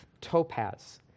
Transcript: topaz